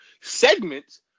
segments